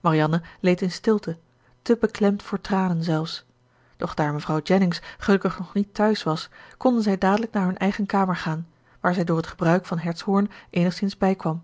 marianne leed in stilte te beklemd voor tranen zelfs doch daar mevrouw jennings gelukkig nog niet te huis was konden zij dadelijk naar hun eigen kamer gaan waar zij door t gebruik van hertshoorn eenigszins bijkwam